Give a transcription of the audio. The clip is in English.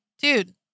dude